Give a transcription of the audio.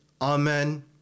Amen